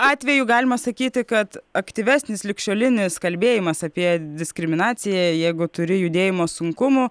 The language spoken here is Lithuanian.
atveju galima sakyti kad aktyvesnis ligšiolinis kalbėjimas apie diskriminaciją jeigu turi judėjimo sunkumų